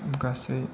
गासै